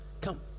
come